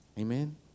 Amen